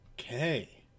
okay